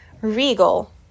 regal